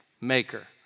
maker